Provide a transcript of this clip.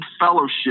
fellowship